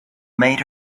made